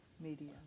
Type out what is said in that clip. Media